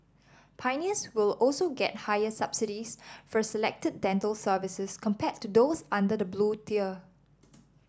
pioneers will also get higher subsidies for selected dental services compared to those under the Blue Tier